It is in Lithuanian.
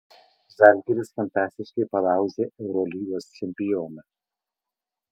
žalgiris fantastiškai palaužė eurolygos čempioną